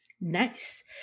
Nice